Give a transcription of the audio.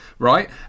Right